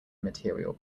material